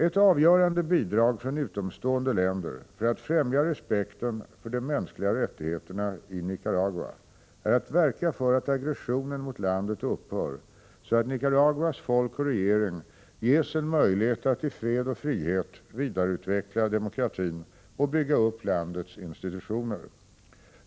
Ett avgörande bidrag från utomstående länder för att främja respekten för de mänskliga rättigheterna i Nicaragua är att verka för att aggressionen mot landet upphör så att Nicaraguas folk och regering ges en möjlighet att i fred och frihet vidareutveckla demokratin och bygga upp landets institutioner.